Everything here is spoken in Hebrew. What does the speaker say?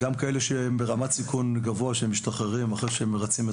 גם כאלה שהם ברמת סיכון גבוה שמשתחררים אחרי שהם מרצים את